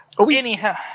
Anyhow